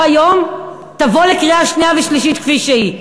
היום תבוא לקריאה שנייה ושלישית כפי שהיא.